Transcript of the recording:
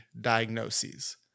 diagnoses